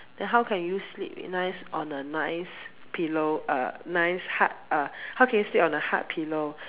then how can you sleep nice on a nice pillow uh nice hard uh how can you sleep on a hard pillow